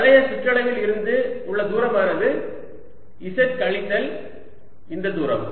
வளைய சுற்றளவில் இருந்து உள்ள தூரமானது z கழித்தல் இந்த தூரம்